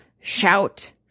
shout